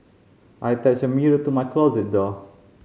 I attached a mirror to my closet door